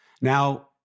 Now